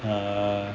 err